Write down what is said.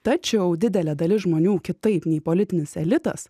tačiau didelė dalis žmonių kitaip nei politinis elitas